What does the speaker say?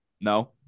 No